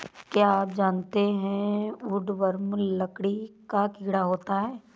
क्या आप जानते है वुडवर्म लकड़ी का कीड़ा होता है?